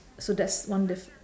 so that's one diff~